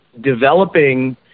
developing